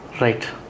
Right